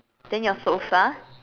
then your sofa